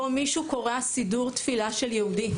בו מישהו קורע סידור תפילה של יהודי,